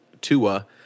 Tua